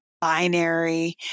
binary